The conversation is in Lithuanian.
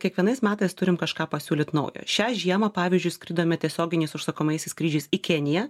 kiekvienais metais turim kažką pasiūlyt naujo šią žiemą pavyzdžiui skridome tiesioginiais užsakomaisiais skrydžiais į keniją